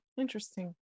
interesting